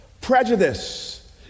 prejudice